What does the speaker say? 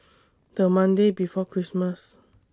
The Monday before Christmas